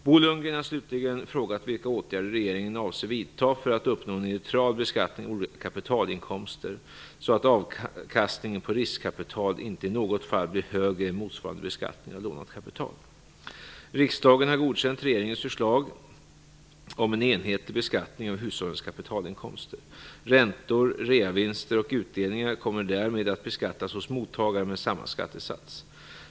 Bo Lundgren har slutligen frågat vilka åtgärder regeringen avser att vidta för att uppnå en neutral beskattning av olika kapitalinkomster så att avkastningen av riskkapital inte i något fall blir högre än motsvarande beskattning av lånat kapital. Riksdagen har godkänt regeringens förslag i proposition 1994/95:25 om en enhetlig beskattning av hushållens kapitalinkomster. Räntor, realisationsvinster och utdelningar kommer därmed att beskattas hos mottagaren med samma skattesats.